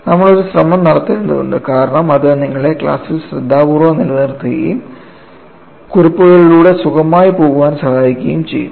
നമ്മൾ ഒരു ശ്രമം നടത്തേണ്ടതുണ്ട് കാരണം അത് നിങ്ങളെ ക്ലാസ്സിൽ ശ്രദ്ധാപൂർവ്വം നിലനിർത്തുകയും കുറിപ്പുകളിലൂടെ സുഖമായി പോകാൻ സഹായിക്കുകയും ചെയ്യും